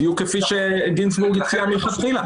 בדיוק כפי שגינזבורג הציע מלכתחילה.